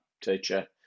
teacher